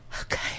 Okay